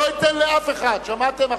לא אתן לאף אחד, שמעתם?